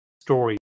story